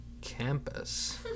campus